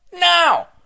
Now